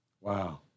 wow